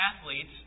athletes